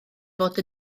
fod